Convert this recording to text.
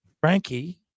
Frankie